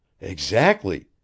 Exactly